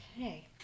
Okay